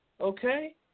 Okay